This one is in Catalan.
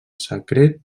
secret